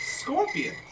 Scorpion